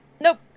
nope